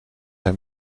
hij